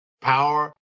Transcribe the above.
power